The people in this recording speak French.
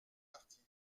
partie